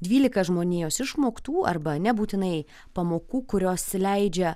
dvylika žmonijos išmoktų arba nebūtinai pamokų kurios leidžia